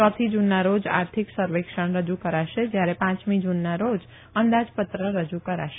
યોથી જૂનના રોજ આર્થિક સર્વેક્ષણ રજૂ કરાશે જ્યારે પાંચમી જુનના રોજ અંદાજપત્ર રજૂ કરાશે